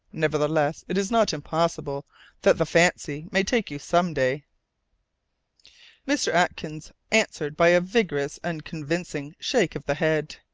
nevertheless it is not impossible that the fancy may take you some day mr. atkins answered by a vigorous and convincing shake of the head.